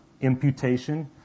Imputation